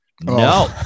No